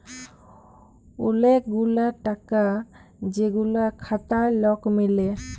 ওলেক গুলা টাকা যেগুলা খাটায় লক মিলে